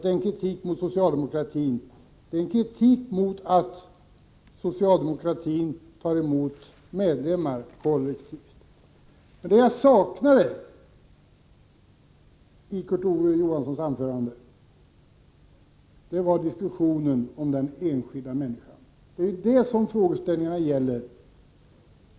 Det är en kritik av att socialdemokratin tar emot medlemmar kollektivt. Det jag saknade i Kurt Ove Johanssons anförande var diskussionen om den enskilda människan. Det är den frågeställning det gäller.